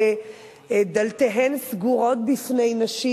דלתותיהן סגורות בפני נשים,